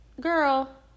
girl